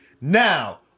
now